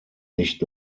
nicht